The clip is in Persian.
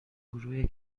گروه